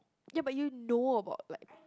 ya but you know about like